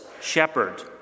shepherd